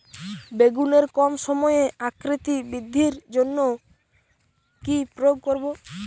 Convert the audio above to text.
বেগুনের কম সময়ে আকৃতি বৃদ্ধির জন্য কি প্রয়োগ করব?